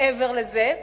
מעבר לזה,